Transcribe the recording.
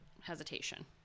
hesitation